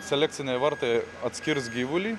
selekciniai vartai atskirs gyvulį